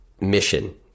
mission